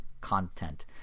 content